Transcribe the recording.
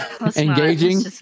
engaging